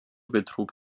betrug